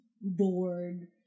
bored